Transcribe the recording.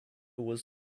was